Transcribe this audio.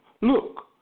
Look